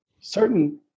certain